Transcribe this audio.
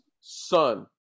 son